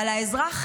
אבל האזרח,